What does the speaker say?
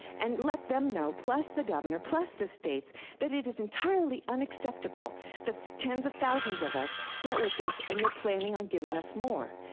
and let them know, plus the governor, plus the states that it is entirely unacceptable that tens of thousands of us dealt with this, and they're planning on giving us more.